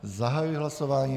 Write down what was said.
Zahajuji hlasování.